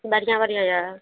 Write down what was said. बढ़िआँ बढ़िआँ यऽ